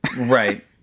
Right